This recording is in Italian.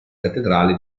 cattedrale